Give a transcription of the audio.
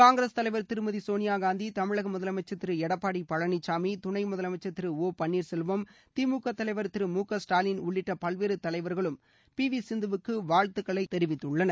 காங்கிரஸ் தலைவர் திருமதி சோனியாகாந்தி தமிழக முதலமைச்சர் திரு எடப்பாடி பழனிசாமி துணை முதலமைச்சர் திரு ஓ பன்னீர்செல்வம் ஜார்க்கண்ட் முதலமைச்சர் திரு ரகுவர்தாஸ் திமுக தலைவர் திரு மு க ஸ்டாலின் உள்ளிட்ட பல்வேறு தலைவர்களும் பி வி சிந்துவுக்கு வாழ்த்துக்களை தெிவித்துள்ளனர்